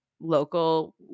local